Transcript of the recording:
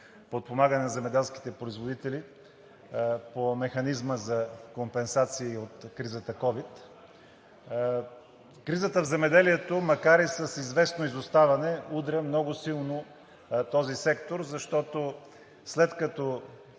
подпомагане на земеделските производители по Механизма за компенсации от кризата ковид. Кризата в земеделието, макар и с известно изоставане, удря много силно този сектор, защото, след като